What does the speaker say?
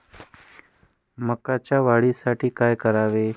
मकाच्या वाढीसाठी काय करावे?